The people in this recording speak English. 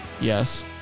Yes